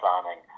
planning